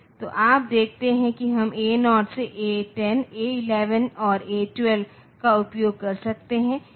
तो आप देखते हैं कि हम A0 से A10 A11 और A12 का उपयोग कर सकते हैं